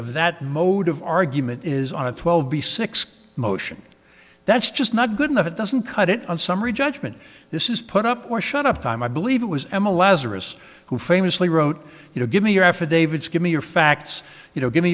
of that mode of argument is on a twelve b six motion that's just not good enough it doesn't cut it on summary judgment this is put up or shut up time i believe it was emma lazarus who famously wrote you know give me your affidavits give me your facts you know give me